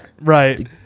Right